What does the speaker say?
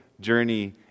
journey